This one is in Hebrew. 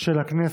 של הכנסת.